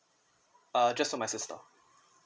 uh just on my sister